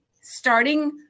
Starting